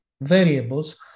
variables